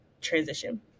transition